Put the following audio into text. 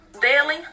daily